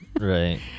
right